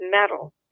metal